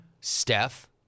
Steph